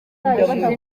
hashize